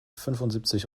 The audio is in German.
fünfundsiebzig